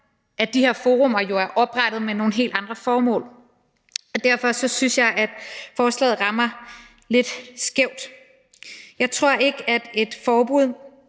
om de her forummer jo er oprettet med nogle helt andre formål, og derfor synes jeg, at forslaget rammer lidt skævt. Jeg tror ikke, at et forbud